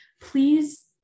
Please